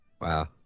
Wow